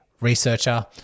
researcher